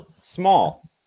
small